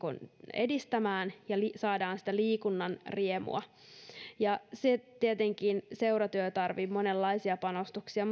edistämään ja saadaan sitä liikunnan riemua tietenkin seuratyö tarvitsee monenlaisia panostuksia